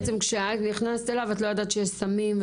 בעצם כשאת נכנסת אליו את לא ידעת שיש סמים.